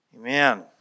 Amen